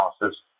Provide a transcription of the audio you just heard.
analysis